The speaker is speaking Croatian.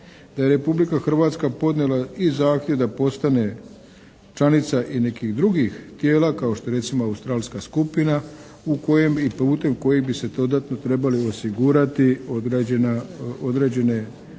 Da je Republika Hrvatska podnijela i zahtjev da postane članica i nekih drugih tijela kao što je recimo Australska skupina u kojem bi i putem kojih bi se dodatno trebali osigurati određena,